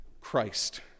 Christ